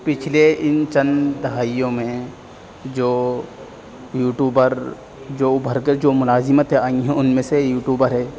پچھلے ان چند دہائیوں میں جو یوٹوبر جو ابھر کر جو ملازمتیں آئی ہیں ان میں سے یوٹوبر ہے